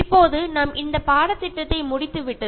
ഇപ്പോൾ നമ്മുടെ കോഴ്സ് അവസാനിപ്പിക്കാൻ സമയമായിരിക്കുന്നു